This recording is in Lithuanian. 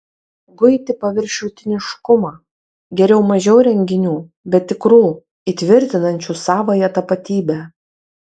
guiti paviršutiniškumą geriau mažiau renginių bet tikrų įtvirtinančių savąją tapatybę